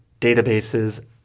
databases